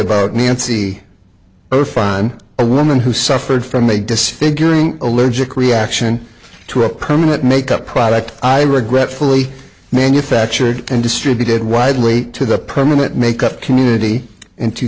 about nancy fine a woman who suffered from a disfiguring allergic reaction to a permanent makeup product i regretfully manufactured and distributed widely to the permanent makeup community in two